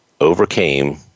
overcame